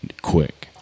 quick